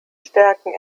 stärken